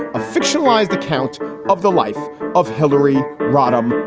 a fictionalized account of the life of hillary rodham,